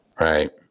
Right